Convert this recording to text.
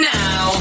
now